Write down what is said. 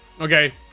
okay